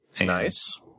Nice